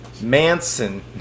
Manson